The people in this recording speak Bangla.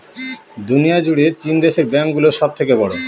দুনিয়া জুড়ে চীন দেশের ব্যাঙ্ক গুলো সব থেকে বড়ো